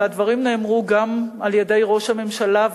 והדברים נאמרו גם על-ידי ראש הממשלה,